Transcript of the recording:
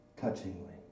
touchingly